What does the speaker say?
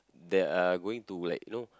that are going to like you know